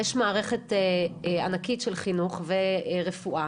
יש מערכת ענקית של חינוך ורפואה